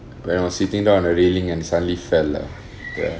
when I was sitting down on a railing and suddenly fell lah ya